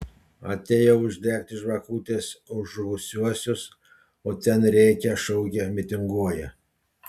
atėjau uždegti žvakutės už žuvusiuosius o ten rėkia šaukia mitinguoja